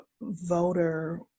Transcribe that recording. voter